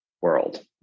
world